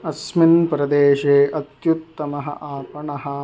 अस्मिन् प्रदेशे अत्युत्तमः आपणः